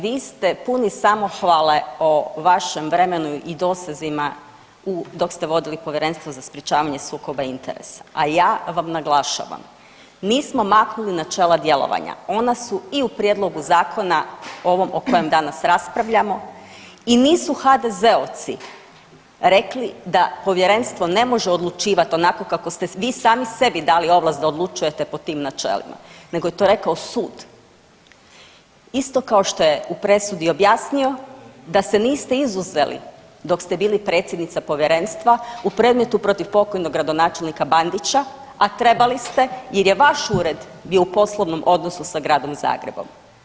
Vi ste puni samohvale o vašem vremenu i dosezima u, dok ste vodili Povjerenstvo za sprječavanje sukoba interesa, a ja vam naglašavam, nismo maknuli načela djelovanja, ona su i u prijedlogu zakona ovom o kojem danas raspravljamo i nisu HDZ-ovci rekli da povjerenstvo ne može odlučivat onako kako ste vi sami sebi dali ovlast da odlučujete po tim načelima nego je to rekao sud, isto kao što je u presudi objasnio da se niste izuzeli dok ste bili predsjednica povjerenstva u predmetu protiv pokojnog gradonačelnika Bandića, a trebali ste jer je vaš ured bio u poslovnom odnosu sa Gradom Zagrebom.